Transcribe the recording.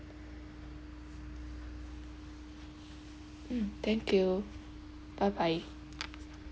mm thank you bye bye